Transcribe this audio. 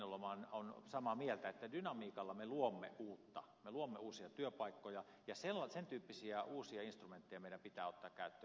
heinäluoma on samaa mieltä että dynamiikalla me luomme uutta me luomme uusia työpaikkoja ja sen tyyppisiä uusia instrumentteja meidän pitää ottaa käyttöön